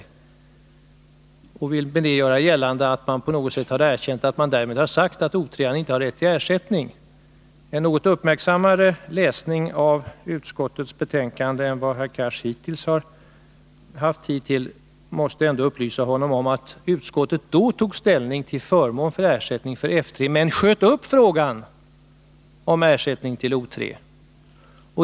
Med det vill han göra gällande att man därmed på något sätt erkänt att O 3 inte har rätt till ersättning. Men en något noggrannare läsning av utskottsbetänkandet än vad herr Cars hittills haft tid till måste ändå upplysa honom om att utskottet då tog ställning till förmån för ersättning till F 3 men sköt upp frågan om ersättning till O 3.